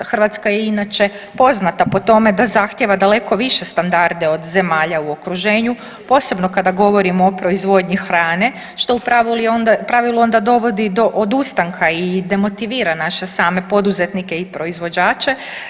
A Hrvatska je inače poznata po tome da zahtjeva daleko više standarde od zemalja u okruženju posebno kada govorimo o proizvodnji hrane što u pravilu onda dovodi do odustanka i demotivira naše same poduzetnike i proizvođače.